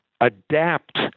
adapt